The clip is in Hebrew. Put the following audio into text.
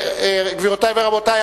גבירותי ורבותי,